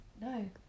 No